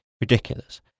ridiculous